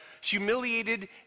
humiliated